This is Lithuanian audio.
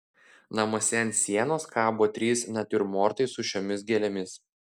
namuose ant sienos kabo trys natiurmortai su šiomis gėlėmis